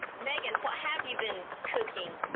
meghan, what have you been cooking?